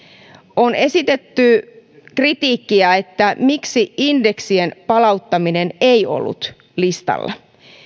on esitetty kritiikkiä miksi indeksien palauttaminen ei ollut listalla